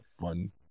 fun